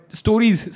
stories